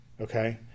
Okay